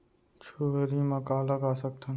चुहरी म का लगा सकथन?